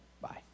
bye